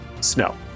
snow